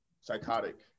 psychotic